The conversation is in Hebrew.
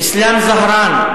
אסלאם זהראן,